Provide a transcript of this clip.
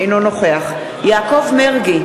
אינו נוכח יעקב מרגי,